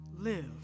live